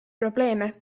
probleeme